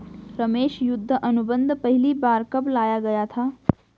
रमेश युद्ध अनुबंध पहली बार कब लाया गया था?